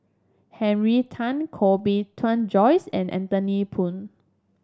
Henry Tan Koh Bee Tuan Joyce and Anthony Poon